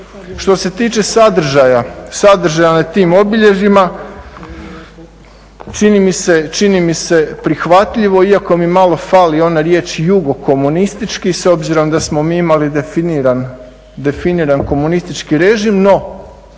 Što se tiče sadržaja na tim obilježjima, čini mi se prihvatljivo iako mi malo fali ona riječ jugokomunistički s obzirom da smo mi imali definiran komunistički režim, no